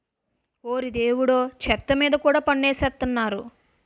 ఓరి దేవుడో చెత్త మీద కూడా పన్ను ఎసేత్తన్నారు